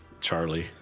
Charlie